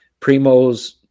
Primos